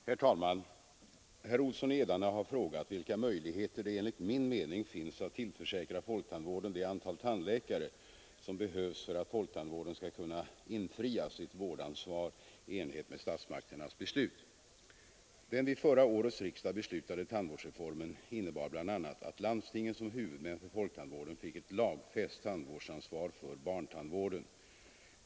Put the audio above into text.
Herr talman! Herr Olsson i Edane har frågat vilka möjligheter det enligt min mening finns att tillförsäkra folktandvården det antal tandläkare som behövs för att folktandvården skall kunna infria sitt vårdansvar i enlighet med statsmakternas beslut. Den vid förra årets riksdag beslutade tandvårdsreformen innebar bl.a. att landstingen som huvudmän för folktandvården fick ett lagfäst tandvårdsansvar för barntandvården.